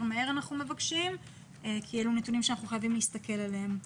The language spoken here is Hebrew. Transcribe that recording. מהר כי אלה נתונים שאנחנו חייבים להסתכל עליהם.